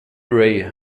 ray